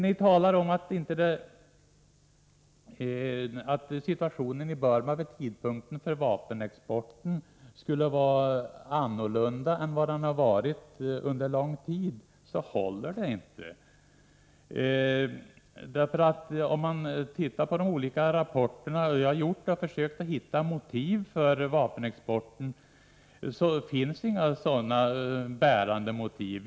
Ni talar om att situationen i Burma vid tidpunkten för vapenexporten skulle vara annorlunda än den har varit under lång tid, men det håller inte. Jag har studerat de olika rapporterna för att försöka hitta motiv för vapenexporten, men det finns inga bärande motiv.